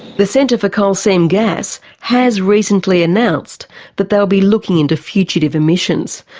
the centre for coal seam gas has recently announced that they'll be looking into fugitive emissions,